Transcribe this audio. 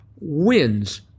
wins